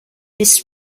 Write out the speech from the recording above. missed